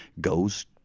goes